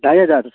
ढाई हज़ार